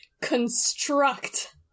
Construct